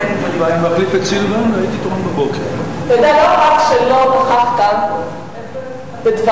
לא רק שלא נכחת בדברי,